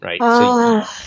Right